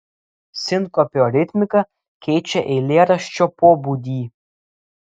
sinkopio ritmika keičia eilėraščio pobūdį